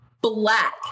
black